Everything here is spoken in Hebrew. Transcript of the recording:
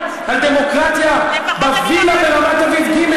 הדמוקרטיה בווילה ברמת-אביב ג'